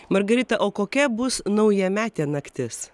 margarita o kokia bus naujametė naktis